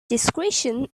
discretion